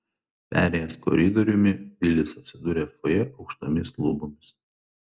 perėjęs koridoriumi vilis atsidūrė fojė aukštomis lubomis